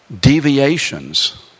deviations